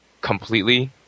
completely